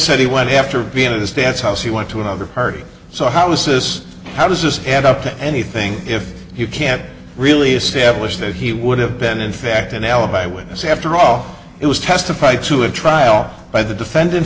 said he went after being in the stands house he went to another party so how was this how does this add up to anything if you can't really establish that he would have been in fact an alibi witness after all it was testified to a trial by the defendant